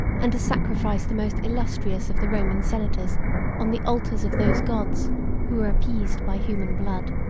and to sacrifice the most illustrious of the roman senators on the altars of those gods who were appeased by human blood.